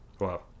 wow